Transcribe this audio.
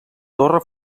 torre